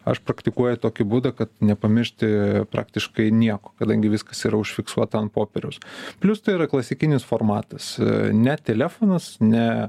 aš praktikuoju tokį būdą kad nepamiršti praktiškai nieko kadangi viskas yra užfiksuota ant popieriaus plius tai yra klasikinis formatas ne telefonas ne